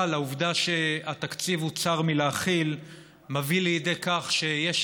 אבל העובדה שהתקציב הוא צר מלהכיל מביאה לידי כך שיש